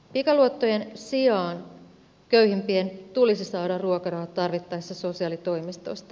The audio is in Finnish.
pikaluottojen sijaan köyhimpien tulisi saada ruokarahat tarvittaessa sosiaalitoimistosta